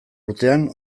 urtean